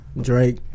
Drake